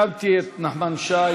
רשמתי את נחמן שי,